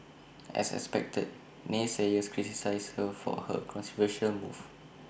as expected naysayers criticised her for her controversial move